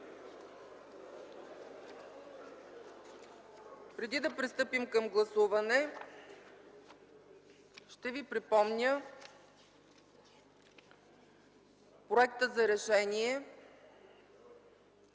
Преди да престъпим към гласуване, ще ви припомня Проекта за решение